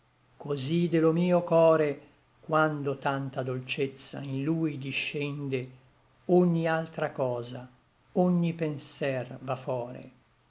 de lo mio core quando tanta dolcezza in lui discende ogni altra cosa ogni penser va fore